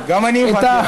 גם אני הבנתי,